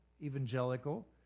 evangelical